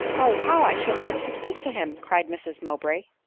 oh! how i should like to speak to him! cried mrs mowbray.